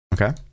okay